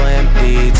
empty